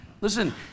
listen